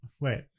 wait